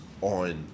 on